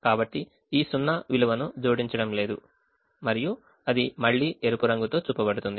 కాబట్టి ఈ సున్నా విలువను జోడించడం లేదు మరియు అది మళ్ళీ ఎరుపు రంగుతో చూపబడుతుంది